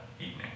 evening